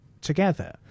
together